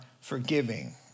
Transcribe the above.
forgiving